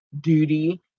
duty